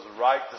right